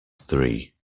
three